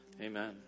Amen